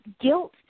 Guilt